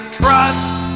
trust